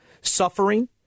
suffering